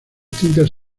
tintas